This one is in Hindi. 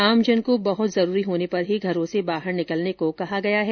आमजन को बहत जरूरी होने पर ही घरों से बाहर निकलने को कहा गया है